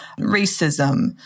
racism